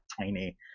tiny